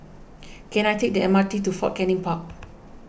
can I take the M R T to Fort Canning Park